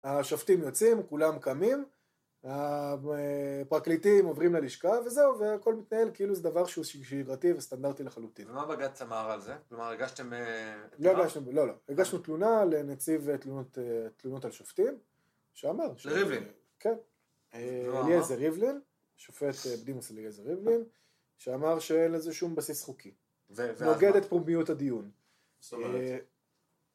השופטים יוצאים, כולם קמים, הפרקליטים עוברים ללשכה וזהו והכל מתנהל, כאילו זה דבר שהוא שיגרתי וסטנדרטי לחלוטין. ומה בג"צ אמר על זה? כלומר הרגשתם תלונות? לא, לא. הגשנו תלונה לנציב תלונות על שופטים, שאמר... לריבלין? כן, אליעזר ריבלין, שופט בדימוס אליעזר ריבלין, שאמר שאין לזה שום בסיס חוקי. ומה זה? נוגד את פומביות הדיון. מה זאת אומרת?